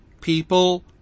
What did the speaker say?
people